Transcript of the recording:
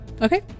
okay